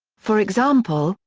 for example,